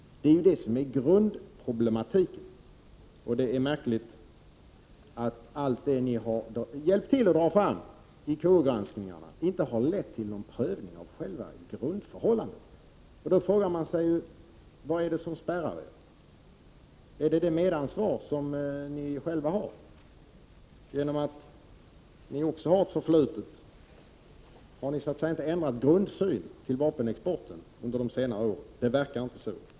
Det är detta som är grundproblematiken, och det är märkligt att allt det som ni har hjälpt till att dra fram vid KU-granskningarna inte har lett till någon prövning av själva grundförhållandena. Då frågar man sig ju: Vad är det som spärrar vägen för er? Är det det medansvar som ni själva har genom att också ni har ett förflutet? Har ni inte ändrat grundsyn till vapenexporten under de senare åren? Det förefaller inte så.